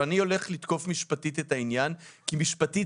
אני הולך לתקוף את העניין מהבחינה המשפטית